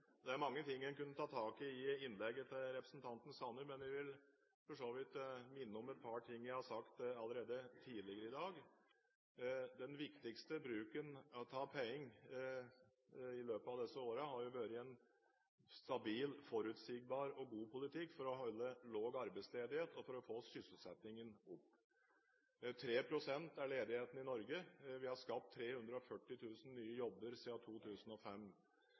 Det er mange ting man kunne tatt tak i i innlegget til representanten Sanner, men jeg vil minne om et par ting jeg har sagt tidligere i dag. Den viktigste bruken av penger i løpet av disse årene har vært en stabil, forutsigbar og god politikk for å holde arbeidsledigheten lav og for å få sysselsettingen opp. Arbeidsledigheten er på 3 pst. i Norge, og vi har skapt 340 000 nye jobber siden 2005.